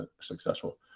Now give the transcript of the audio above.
successful